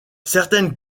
certaines